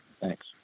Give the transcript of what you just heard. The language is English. Thanks